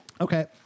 Okay